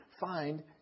find